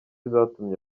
zatumye